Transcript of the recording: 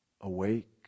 awake